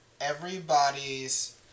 everybody's